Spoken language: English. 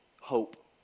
hope